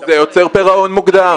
זה יוצר פירעון מוקדם.